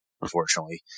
unfortunately